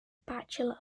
bachelor